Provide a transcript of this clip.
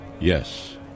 Yes